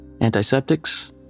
Antiseptics